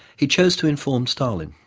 he chose to inform stalin.